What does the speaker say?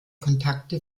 kontakte